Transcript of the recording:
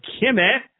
Kimmy